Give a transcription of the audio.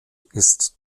ist